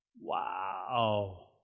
Wow